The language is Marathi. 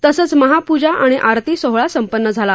तसंच महापूजा आणि आरती सोहळा संपन्न झाला